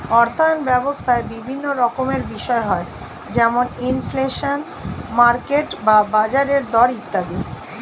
অর্থায়ন ব্যবস্থায় বিভিন্ন রকমের বিষয় হয় যেমন ইনফ্লেশন, মার্কেট বা বাজারের দর ইত্যাদি